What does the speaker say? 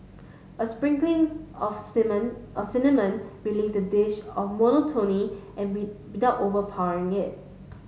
a sprinkling of a cinnamon relieves the dish of monotony without overpowering it